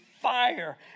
fire